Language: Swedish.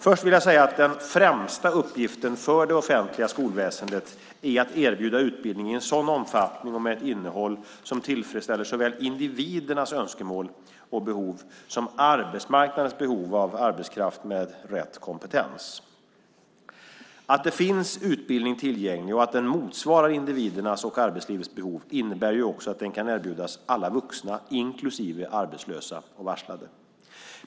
Först vill jag säga att den främsta uppgiften för det offentliga skolväsendet är att erbjuda utbildning i en sådan omfattning och med ett innehåll som tillfredsställer såväl individernas önskemål och behov som arbetsmarknadens behov av arbetskraft med rätt kompetens. Att det finns utbildning tillgänglig och att den motsvarar individernas och arbetslivets behov innebär också att den kan erbjudas alla vuxna, inklusive arbetslösa och varslade.